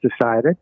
decided